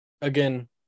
again